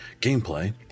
gameplay